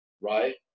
right